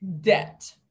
debt